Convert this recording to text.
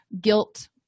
guilt